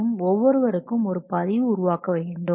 மற்றும் ஒவ்வொருவருக்கும் ஒரு பதிவு உருவாக்க வேண்டும்